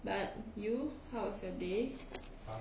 but you how's your day